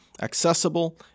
accessible